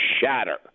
shatter